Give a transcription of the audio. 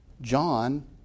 John